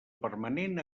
permanent